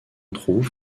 trouve